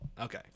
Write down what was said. Okay